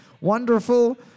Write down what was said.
wonderful